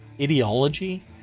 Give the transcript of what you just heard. ideology